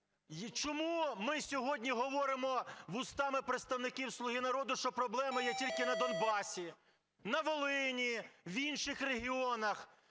Чому ми сьогодні говоримо вустами представників "Слуги народу", що проблема є тільки на Донбасі?! На Волині, в інших регіонах,